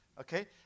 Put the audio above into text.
Okay